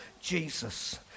Jesus